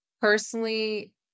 personally